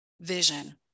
vision